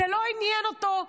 זה לא עניין אותו,